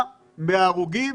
הרוגים